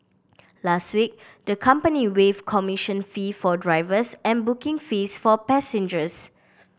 last week the company waived commission fee for drivers and booking fees for passengers